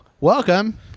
welcome